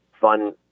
fun